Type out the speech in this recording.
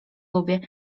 lubię